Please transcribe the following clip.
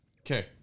Okay